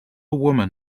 woman